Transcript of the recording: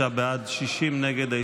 45 בעד, 60 נגד.